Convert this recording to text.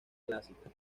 clásica